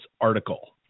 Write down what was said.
article